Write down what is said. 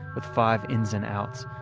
with five ins and outs,